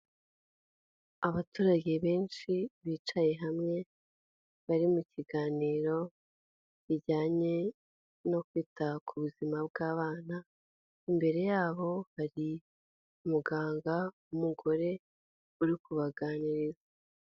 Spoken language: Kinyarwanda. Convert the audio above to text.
Abaturage benshi bicaye hamwe, bari mu kiganiro, bijyanye no kwita ku buzima bw'abana, imbere yabo hari umuganga w'umugore, uri kubaganiriza.